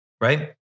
Right